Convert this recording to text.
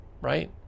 right